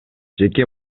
жеке